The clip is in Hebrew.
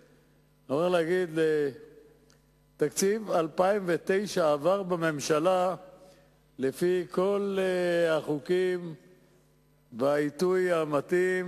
אני חייב להגיד שתקציב 2009 עבר בממשלה לפי כל החוקים בעיתוי המתאים.